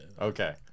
Okay